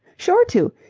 sure to.